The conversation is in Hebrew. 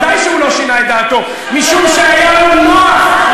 בטח לא שינה את דעתו.